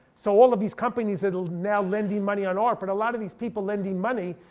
so all of these companies that are now lending money on art. but a lot of these people lending money,